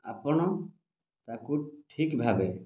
ଆପଣ ତାକୁ ଠିକ ଭାବେ